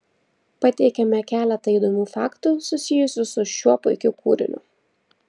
pateikiame keletą įdomių faktų susijusių su šiuo puikiu kūriniu